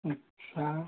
अच्छा